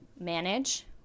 manage